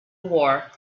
war